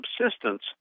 subsistence